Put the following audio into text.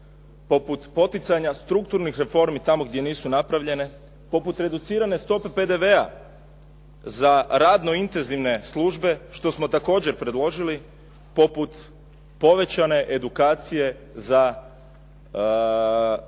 poput poticanja strukturnih reformi tamo gdje nisu napravljene, poput reducirane stope PDV-a za radno intenzivne službe što smo također predložili, poput povećane edukacije za